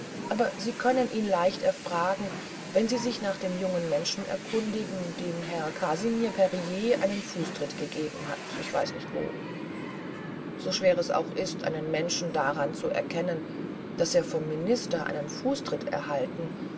aber sie können ihn leicht erfragen wenn sie sich nach dem jungen menschen erkundigen dem herr casimir prier einen fußtritt gegeben hat ich weiß nicht wo so schwer es auch ist einen menschen daran zu erkennen daß er vom minister einen fußtritt erhalten